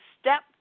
step